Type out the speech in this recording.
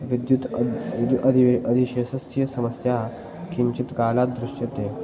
विद्युत् अद् द् अदिवे अधिशेषस्य समस्या किञ्चित् कालात् दृश्यते